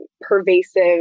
pervasive